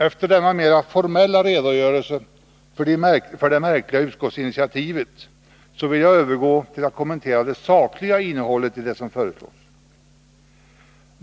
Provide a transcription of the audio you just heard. Efter denna mera formella redogörelse för det märkliga utskottsinitiativet vill jag övergå till att kommentera det sakliga innehållet i det som föreslås.